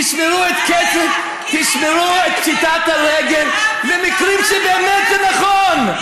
תשמרו את פשיטת הרגל למקרים שבאמת זה נכון.